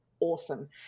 awesome